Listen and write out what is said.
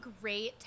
great